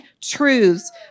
truths